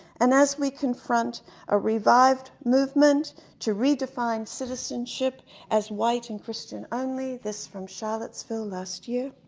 and as we confront a revived movement to redefine citizenship as white and christian only, this from charlottesville last year,